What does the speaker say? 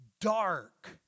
dark